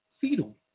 Fetal